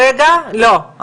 לא,